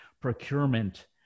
procurement